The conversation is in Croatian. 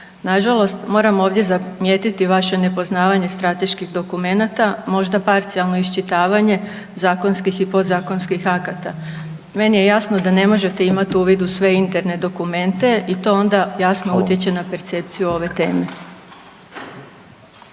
Nažalost, moram ovdje zamijetiti vaše nepoznavanje strateških dokumenata, možda parcijalno iščitavanje zakonskih i podzakonskih akata. Meni je jasno da ne možete imat uvid u sve interne dokumente i to onda jasno utječe na percepciju ove teme.